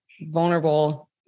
vulnerable